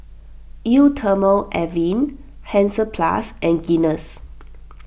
Eau thermale Avene Hansaplast and Guinness